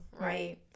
right